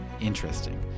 interesting